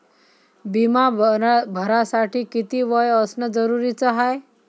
बिमा भरासाठी किती वय असनं जरुरीच हाय?